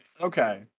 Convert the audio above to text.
Okay